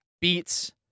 beats